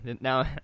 Now